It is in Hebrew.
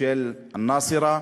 של א-נסרה,